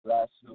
Last